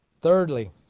Thirdly